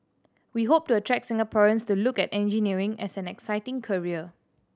we hope to attract Singaporeans to look at engineering as an exciting career